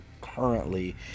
currently